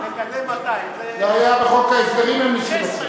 מקדם 200. זה היה בחוק ההסדרים, הם ניסו לעשות.